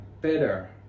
better